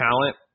talent